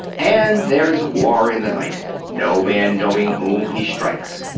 and there is war in the night, no man knowing whom he strikes.